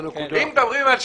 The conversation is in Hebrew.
אם מדברים על שוויון,